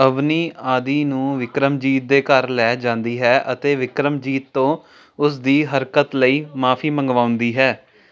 ਅਵਨੀ ਆਦਿ ਨੂੰ ਵਿਕਰਮਜੀਤ ਦੇ ਘਰ ਲੈ ਜਾਂਦੀ ਹੈ ਅਤੇ ਵਿਕਰਮਜੀਤ ਤੋਂ ਉਸ ਦੀ ਹਰਕਤ ਲਈ ਮਾਫ਼ੀ ਮੰਗਵਾਉਂਦੀ ਹੈ